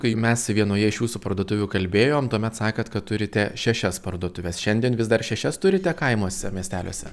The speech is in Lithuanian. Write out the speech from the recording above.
kai mes vienoje iš jūsų parduotuvių kalbėjom tuomet sakėt kad turite šešias parduotuves šiandien vis dar šešias turite kaimuose miesteliuose